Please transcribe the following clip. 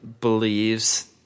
believes